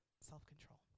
self-control